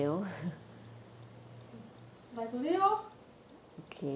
by today lor